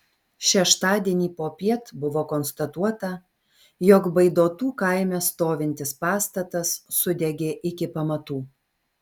šeštadienį popiet buvo konstatuota jog baidotų kaime stovintis pastatas sudegė iki pamatų